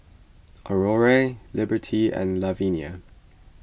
Aurore Liberty and Lavinia